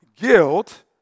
Guilt